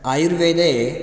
आयुर्वेदे